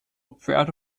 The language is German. pferde